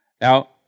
Now